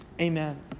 Amen